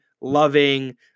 loving